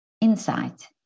insight